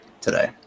today